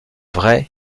vrai